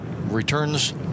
Returns